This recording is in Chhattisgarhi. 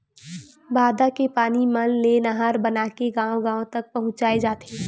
बांधा के पानी मन ले नहर बनाके गाँव गाँव तक पहुचाए जाथे